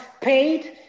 paid